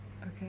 Okay